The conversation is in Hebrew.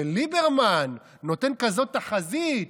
וליברמן נותן כזאת תחזית: